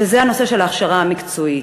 וזה הנושא של ההכשרה המקצועית,